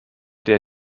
der